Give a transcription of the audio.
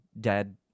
dead